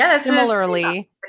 Similarly